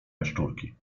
jaszczurki